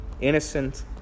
innocent